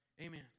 Amen